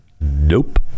nope